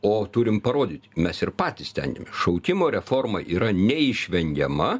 o turim parodyti mes ir patys stengiamės šaukimo reforma yra neišvengiama